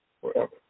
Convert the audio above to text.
forever